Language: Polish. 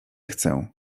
chcę